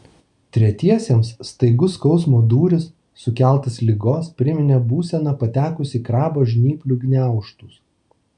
tretiesiems staigus skausmo dūris sukeltas ligos priminė būseną patekus į krabo žnyplių gniaužtus